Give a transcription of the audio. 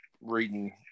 reading